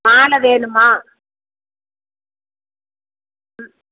மாலை வேணுமா ம்